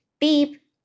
Beep